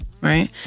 right